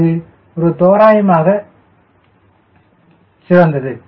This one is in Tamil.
இது ஒரு தோராயமாக சிறந்தது